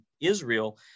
Israel